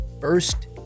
first